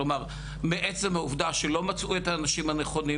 כלומר מעצם העובדה שלא מצאו את האנשים הנכונים,